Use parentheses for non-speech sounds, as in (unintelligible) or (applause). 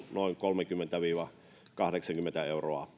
noin kolmekymmentä viiva kahdeksankymmentä euroa (unintelligible)